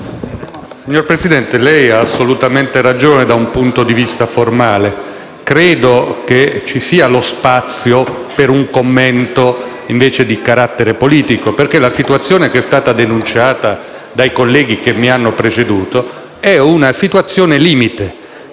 Signor Presidente, lei ha assolutamente ragione da un punto di vista formale. Credo che ci sia lo spazio per un commento, invece, di carattere politico, perché la situazione che è stata denunciata dai colleghi che mi hanno preceduto è al limite.